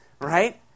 right